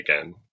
again